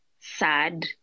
sad